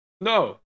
No